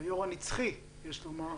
היו"ר הנצחי, יש לומר.